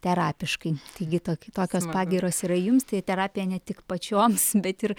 terapiškai taigi tokios pagyros yra jums tai terapija ne tik pačioms bet ir